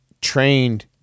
trained